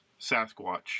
Sasquatch